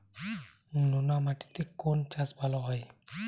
নোনা মাটিতে কোন চাষ ভালো হয়?